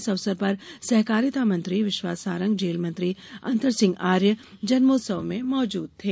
इस अवसर पर सहकारिता मंत्री विश्वास सारंग जेल मंत्री अंतर सिंह आर्य जन्मोत्सव में मौजूद थे